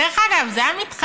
דרך אגב, זה היה מתחייב,